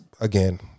again